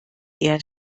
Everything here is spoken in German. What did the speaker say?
eher